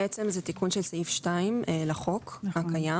בעצם זה תיקון של סעיף 2 לחוק הקיים.